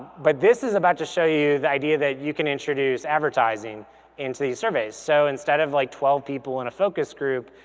but this is about to show you the idea that you can introduce advertising into these surveys. so instead of like twelve people in a focus group,